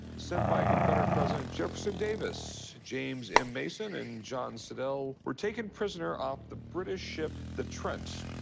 sent by confederate president jefferson davis. james m. mason, and john slidell were taken prisoner off the british ship, the trent